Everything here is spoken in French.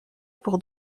pour